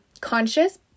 conscious